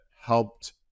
helped